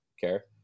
care